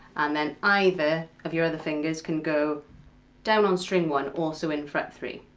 and then either of your other fingers can go down on string one, also in fret three.